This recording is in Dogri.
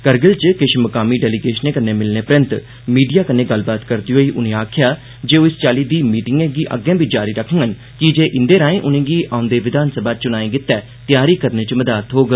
करगिल च किश मकामी डेलीगेशनें कन्नै मिलने परैंत मीडिया कन्नै गल्लबात करदे होई आक्खेआ जे ओह् इस चाल्ली दी मीटिंगें गी अग्गें बी जारी रक्खडन कीजे इंदे राए उनेंगी औंदे विघानसभा चुनाए गित्तै तैयार करने च मदाद थ्होग